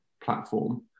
platform